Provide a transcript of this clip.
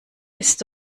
ist